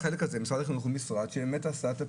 משרד החינוך הוא משרד שבאמת עשה את הפעילות,